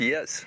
Yes